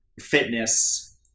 fitness